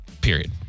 Period